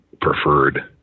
preferred